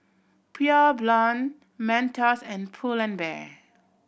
Pure Blonde Mentos and Pull and Bear